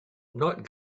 not